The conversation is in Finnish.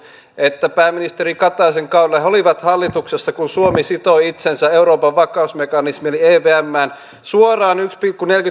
että pääministeri kataisen kaudella he olivat hallituksessa kun suomi sitoi itsensä euroopan vakausmekanismiin eli evmään suoraan yksi pilkku